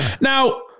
Now